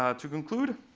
um to conclude,